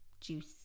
juice